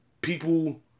people